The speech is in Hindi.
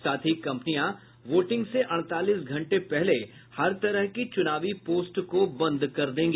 साथ ही कम्पनियों वोटिंग से अड़तालीस घंटे पहले हर तरह की चुनावी पोस्ट को बंद कर देंगी